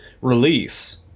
release